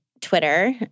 Twitter